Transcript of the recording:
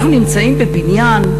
אנחנו נמצאים בבניין,